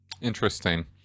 Interesting